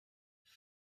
her